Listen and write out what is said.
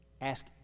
Ask